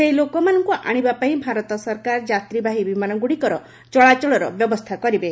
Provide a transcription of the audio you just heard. ସେହି ଲୋକମାନଙ୍କୁ ଆଶିବା ପାଇଁ ଭାରତ ସରକାର ଯାତ୍ରିବାହୀ ବିମାନ ଗୁଡ଼ିକର ଚଳାଚଳର ବ୍ୟବସ୍ଥା କରିବେ